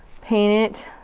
paint it.